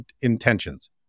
intentions